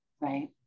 right